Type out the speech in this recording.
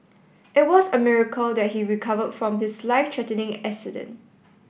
it was a miracle that he recovered from his life threatening accident